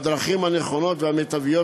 בדרכים הנכונות והמיטביות,